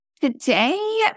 Today